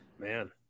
man